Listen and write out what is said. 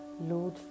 Lord